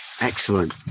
excellent